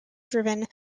driven